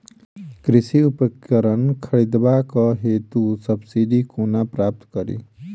कृषि उपकरण खरीदबाक हेतु सब्सिडी कोना प्राप्त कड़ी?